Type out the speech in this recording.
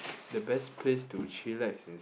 the best place to chillax